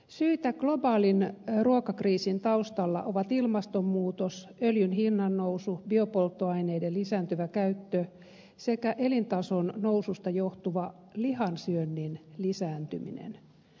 syitä globaalin ruokakriisin taustalla ovat ilmastonmuutos öljyn hinnannousu biopolttoaineiden lisääntyvä käyttö sekä elintason noususta johtuva lihan syönnin lisääntyminen